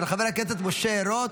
של חבר הכנסת בצלאל אברהם,